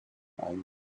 allen